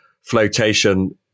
flotation